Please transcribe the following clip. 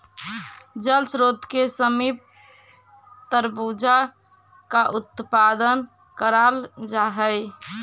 जल स्रोत के समीप तरबूजा का उत्पादन कराल जा हई